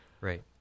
Right